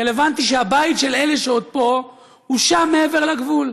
רלוונטי שהבית של אלה שעוד פה הוא שם מעבר לגבול,